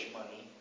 money